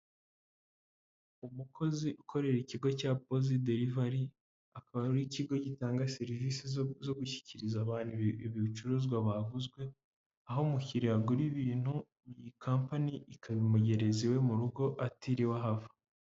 Umukozi ukorera ikigo cya posi derivary akaba ari ikigo gitanga serivisi zo gushyikiriza abantu ibicuruzwa baguze aho umukiriya agura ibintu iyi kampani ikabimugereza iwe mu rugo atiriwe ahava.